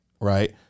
right